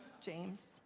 James